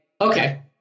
okay